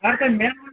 اَچھا مےٚ ون کیٛاہ چھُ